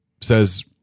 Says